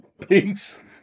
peace